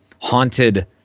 haunted